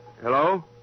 Hello